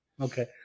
Okay